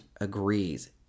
agrees